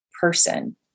person